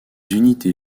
unités